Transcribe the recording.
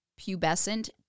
pubescent